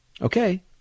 Okay